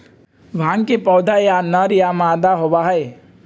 भांग के पौधा या नर या मादा होबा हई